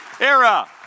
Era